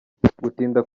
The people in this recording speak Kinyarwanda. gutinda